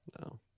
No